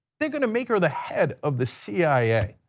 they're going to make her the head of the cia.